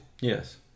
Yes